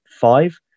five